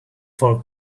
for